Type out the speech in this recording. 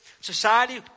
Society